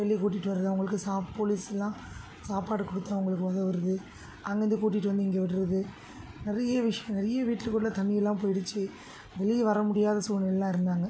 வெளியே கூட்டிகிட்டு வர்றவங்களுக்கு சா போலீஸ்லாம் சாப்பாடு கொடுத்து அவங்களுக்கு உதவுறது அங்கேருந்த கூட்டிகிட்டு வந்து இங்கே விடுறது நிறைய விஷயங்கள் நிறைய வீட்டுக்குள்ளே தண்ணியெல்லாம் போயிடுச்சு வெளியே வர முடியாத சூல்நிலையிலாம் இருந்தாங்க